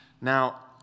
Now